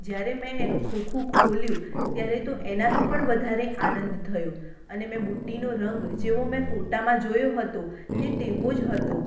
જયારે મેં એનું ખોખું ખોલ્યું ત્યારે તો એનાથી પણ વધારે આનંદ થયો અને મેં બુટ્ટીનો રંગ જેવો મેં ફોટામાં જોયો હતો તે તેવો જ હતો